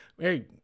Hey